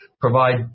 provide